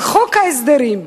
על חוק ההסדרים.